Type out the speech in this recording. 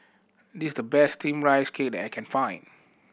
this is the best Steamed Rice Cake I can find